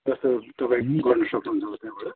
जस्तो तपाईँ गर्नु सक्नुहुन्छ त्यहाँबाट